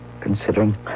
considering